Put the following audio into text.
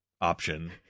option